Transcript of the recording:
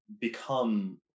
become